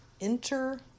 enter